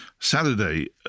Saturday